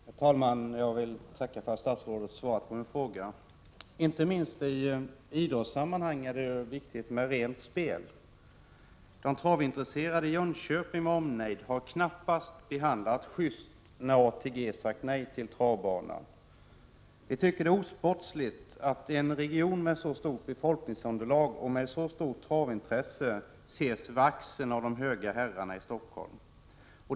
Herr talman! Jag vill tacka för att statsrådet har svarat på min fråga. Inte minst i idrottssammanhang är det ju viktigt med rent spel. De travintresserade i Jönköping med omnejd har knappast behandlats just, när ATG sagt nej till travbanan. Vi tycker att det är osportsligt att en region med ett så stort befolkningsunderlag och med ett så stort travintresse ses över axeln av de höga herrarna i Stockholm.